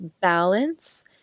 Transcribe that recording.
balance